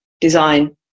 design